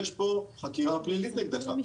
יש פה חקירה פלילית נגדך.